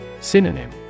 Synonym